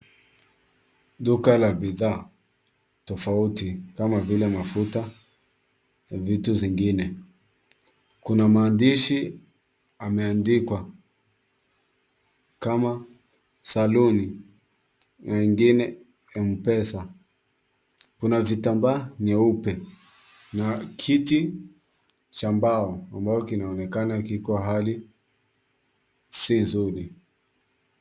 Duka la bidhaa tofauti kama vile mafuta na vitu zingine. Kuna maandishi yameandikwa kama saluni na ingine M-Pesa. Kuna vitambaa nyeupe na kiti cha mbao ambao kinaonekana kiko hali si nzuri.